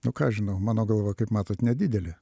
nu ką aš žinau mano galva kaip matot nedidelė